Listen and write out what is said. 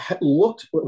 looked